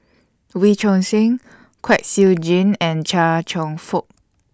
Wee Choon Seng Kwek Siew Jin and Chia Cheong Fook